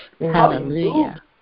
Hallelujah